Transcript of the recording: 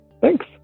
Thanks